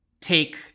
take